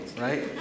right